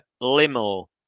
Limo